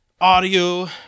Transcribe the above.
audio